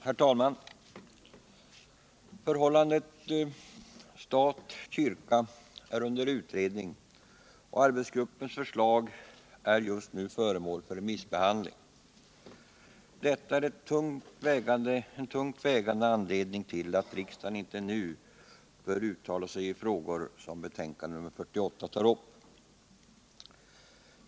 Herr talman! Förhållandet stat-kyrka är under utredning. och arbetsgruppens förslag är just nu föremål för remissbehandling. Detta är ett tungt vägande skäl till att riksdagen inte nu bör uttala sig i frågor som tas upp i konstitutionsutskottets betänkande nr 48.